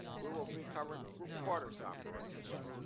we will be covering group quarters operations.